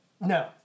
No